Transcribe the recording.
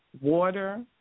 water